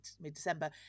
mid-December